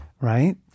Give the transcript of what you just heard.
right